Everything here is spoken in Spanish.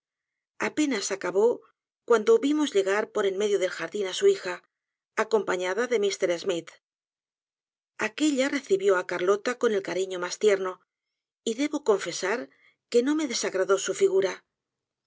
apenas acabó cuando vimos llegar por en medio del jardín á su hija acompañada de m schmidt aquella recibió á carlota con el cariño mas tierno y debo confesar que no me desagradó su figura